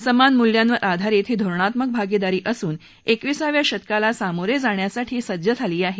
समान मूल्यांवर आधारित ही धोरणात्मक भागीदारी असून एकविसाव्या शतकाला सामोरे जाण्यासाठी सज्ज झाली आहे